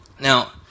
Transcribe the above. Now